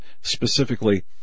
specifically